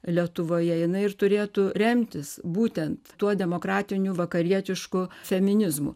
lietuvoje jinai ir turėtų remtis būtent tuo demokratiniu vakarietišku feminizmu